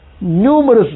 numerous